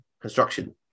construction